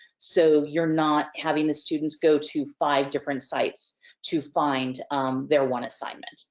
so, you're not having the students go to five different sites to find their one assignment.